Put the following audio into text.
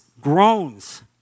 groans